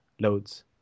loads